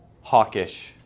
hawkish